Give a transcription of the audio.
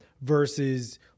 versus